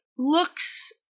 Looks